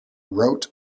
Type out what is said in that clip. wrote